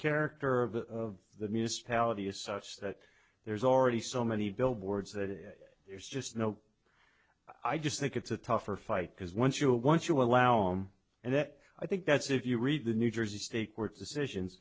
character of of the municipality is such that there's already so many billboards that there's just no i just think it's a tougher fight because once you once you allow him and that i think that's if you read the new jersey state court decisions